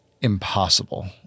impossible